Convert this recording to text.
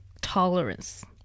tolerance